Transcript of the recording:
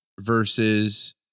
versus